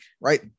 right